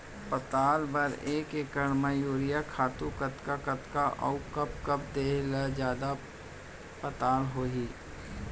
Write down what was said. पताल बर एक एकड़ म यूरिया खातू कतका कतका अऊ कब कब देहे म जादा पताल होही?